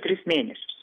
tris mėnesius